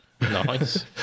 Nice